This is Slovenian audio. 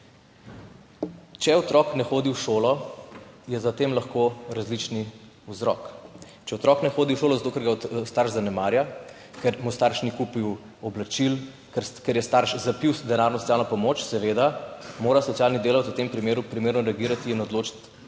Če otrok ne hodi v šolo, je za tem lahko različen vzrok. Če otrok ne hodi v šolo zato, ker ga starš zanemarja, ker mu starš ni kupil oblačil, ker je starš zapil denarno socialno pomoč, seveda mora socialni delavec v tem primeru primerno reagirati in odločiti,